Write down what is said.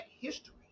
history